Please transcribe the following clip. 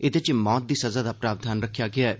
एह्दे च मौत दी सजा दा प्रावधान रक्खेआ गेआ ऐ